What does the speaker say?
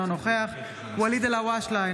אינו נוכח ואליד אלהואשלה,